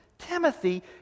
Timothy